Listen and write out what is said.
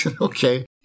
Okay